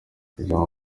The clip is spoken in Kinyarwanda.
ijambo